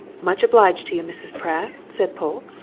much obliged to you, mrs. pratt, said polke.